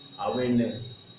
awareness